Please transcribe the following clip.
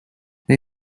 they